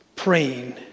praying